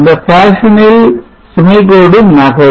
இந்த ஃபேஷனில் சுமை கோடு நகரும்